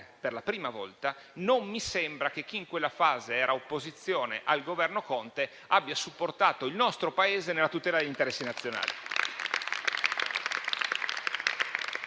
per la prima volta, non mi sembra che chi in quella fase era all'opposizione del Governo Conte abbia supportato il nostro Paese nella tutela degli interessi nazionali.